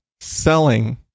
selling